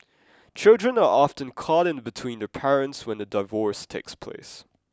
children are often caught in between their parents when a divorce takes place